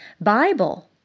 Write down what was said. Bible